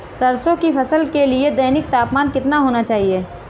सरसों की फसल के लिए दैनिक तापमान कितना होना चाहिए?